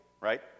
right